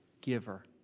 giver